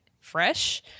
fresh